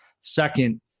second